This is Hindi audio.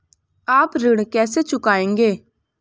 आप ऋण कैसे चुकाएंगे?